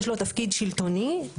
יש לו תפקיד שלטוני-ציבורי,